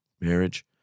marriage